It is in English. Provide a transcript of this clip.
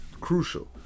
crucial